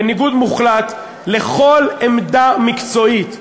בניגוד מוחלט לכל עמדה מקצועית,